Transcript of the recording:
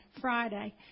Friday